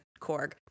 Korg